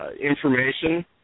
information